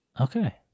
Okay